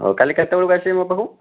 ହଉ କାଲି କେତେବେଳକୁ ଆସିବେ ମୋ ପାଖକୁ